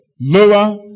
lower